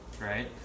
right